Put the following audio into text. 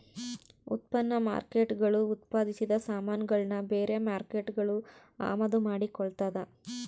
ಉತ್ಪನ್ನ ಮಾರ್ಕೇಟ್ಗುಳು ಉತ್ಪಾದಿಸಿದ ಸಾಮಾನುಗುಳ್ನ ಬೇರೆ ಮಾರ್ಕೇಟ್ಗುಳು ಅಮಾದು ಮಾಡಿಕೊಳ್ತದ